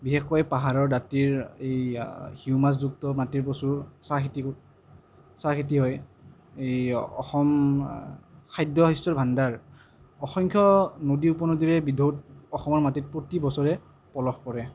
বিশেষকৈ পাহাৰৰ দাঁতিৰ এই হিউমাচযুক্ত মাটি প্ৰচুৰ চাহখেতিৰ চাহখেতি হয় এই অসম খাদ্য শস্যৰ ভাণ্ডাৰ অসংখ্য নদী উপনদীৰে বিধৌত অসমৰ মাটিত প্ৰতিবছৰে পলস পৰে